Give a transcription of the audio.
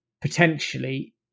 potentially